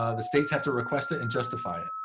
ah the states have to request it and justify it.